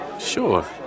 Sure